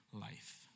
life